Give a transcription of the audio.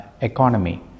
economy